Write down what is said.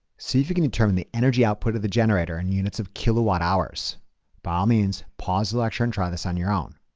see if you can determine the energy output of the generator in units of kilowatt-hours. by all means pause the lecture and try this on your own.